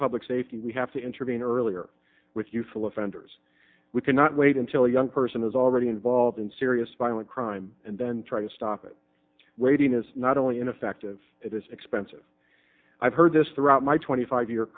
public safety we have to intervene earlier with youthful offenders we cannot wait until young person is already involved in serious violent crime and then try to stop it raiding is not only ineffective it is expensive i've heard this throughout my twenty five year